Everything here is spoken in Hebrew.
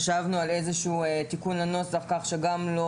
חשבנו על איזשהו תיקון לנוסח כך שגם לא